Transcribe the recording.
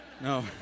No